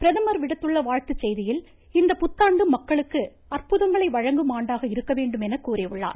பிரதமர் விடுத்துள்ள வாழ்த்துச் செய்தியில் இந்த புத்தாண்டு மக்களுக்கு அற்புதங்களை வழங்கும் ஆண்டாக இருக்க வேண்டும் என கூறியுள்ளார்